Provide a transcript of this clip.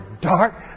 dark